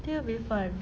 I think it'll be fun